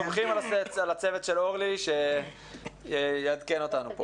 אנחנו סומכים על הצוות של אורלי שיעדכן אותנו.